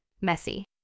messy